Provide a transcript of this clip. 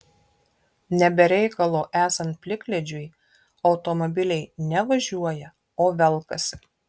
ne be reikalo esant plikledžiui automobiliai ne važiuoja o velkasi